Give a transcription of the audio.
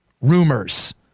Rumors